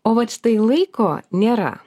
o vat štai laiko nėra